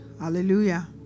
Hallelujah